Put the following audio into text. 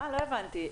לא הבנתי.